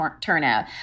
turnout